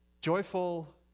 joyful